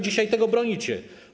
Dzisiaj tego bronicie.